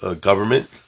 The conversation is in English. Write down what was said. government